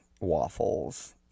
waffles